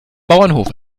bauernhof